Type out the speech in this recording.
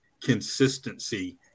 consistency